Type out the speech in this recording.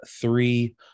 three